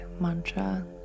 mantra